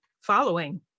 following